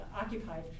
occupied